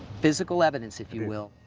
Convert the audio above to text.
physical evidence, if you will.